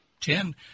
Ten